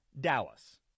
Dallas